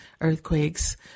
earthquakes